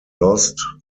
lost